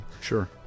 Sure